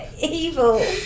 evil